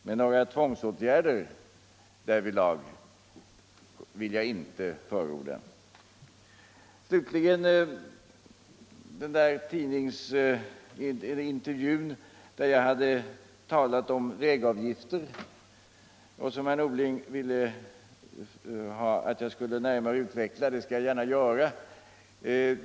men några tvångsåtgärder därvidlag vill jag inte förorda. Slutligen ville herr Norling att jag skulle närmare utveckla tankegångarna i den där tidningsintervjun där jag hade talat om vägavgifter, och det skall jag gärna göra.